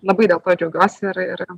labai dėl to džiaugiuosi ir ir